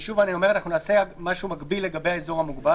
ושוב אני אומר שאנחנו נעשה משהו מקביל לגבי האזור המוגבל,